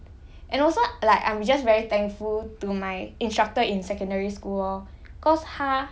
and also like I'm just very thankful to my instructor in secondary school lor cause 他